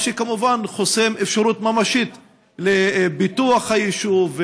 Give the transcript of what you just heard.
מה שכמובן חוסם אפשרות ממשית לפיתוח היישוב,